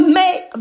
make